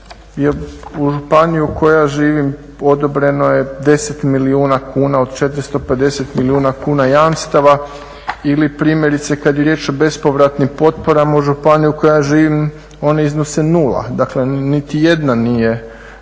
u županiji u kojoj ja živim odobreno je 10 milijuna kuna od 450 milijuna kuna jamstava. Ili primjerice kad je riječ o bespovratnim potporama u županiji u kojoj ja živim oni iznose 0, dakle niti jedna